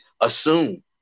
assume